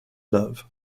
love